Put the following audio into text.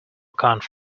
account